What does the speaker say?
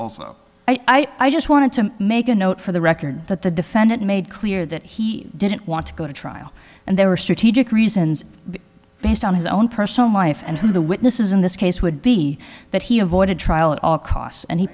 also i just wanted to make a note for the record that the defendant made clear that he didn't want to go to trial and there were strategic reasons based on his own personal life and who the witnesses in this case would be that he avoided trial at all costs and he